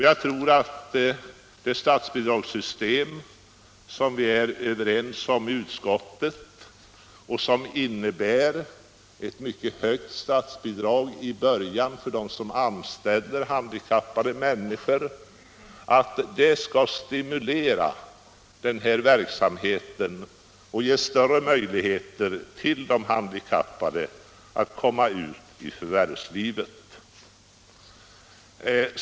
Jag tror att det statsbidragssystem, som vi är överens om i utskottet och som innebär ett mycket högt statsbidrag i början för den som anställer handikappade människor, skall stimulera den här verksamheten och ge större möjligheter för de handikappade att komma ut i förvärvslivet.